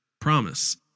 Promise